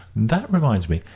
that reminds me.